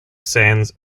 sands